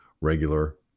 regular